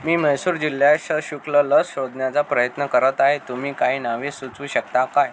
मी म्हैसूर जिल्ह्यात सशुल्क लस शोधण्याचा प्रयत्न करत आहे तुम्ही काही नावे सुचवू शकता काय